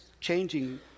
changing